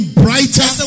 brighter